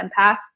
empath